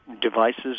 devices